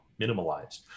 minimalized